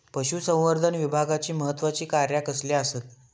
पशुसंवर्धन विभागाची महत्त्वाची कार्या कसली आसत?